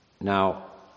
Now